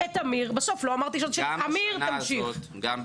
כמות התקנים במשטרה,